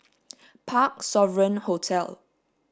Parc Sovereign Hotel